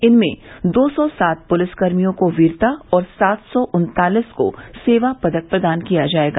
इनमें दो सौ सात पुलिसकर्मियों को वीरता और सात सौ उन्तालिस को सेवा पदक प्रदान किया जाएगा